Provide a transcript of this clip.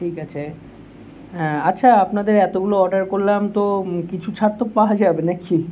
ঠিক আছে হ্যাঁ আচ্ছা আপনাদের এতোগুলো অর্ডার করলাম তো কিছু ছাড় তো পাওয়া যাবে নাকি